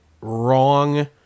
wrong